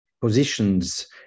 positions